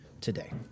today